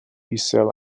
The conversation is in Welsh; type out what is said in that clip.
isel